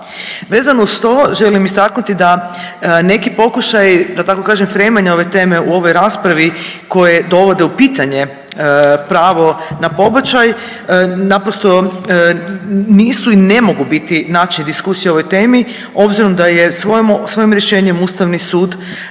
Vezano uz to želim istaknuti da neki pokušaji da tako kažem fremanja ove teme u ovoj raspravi koji dovode u pitanje pravo na pobačaj naprosto nisu i ne mogu biti način diskusije o ovoj temi obzirom da je svojim rješenjem Ustavni sud